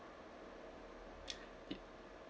it~